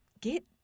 get